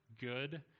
good